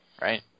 Right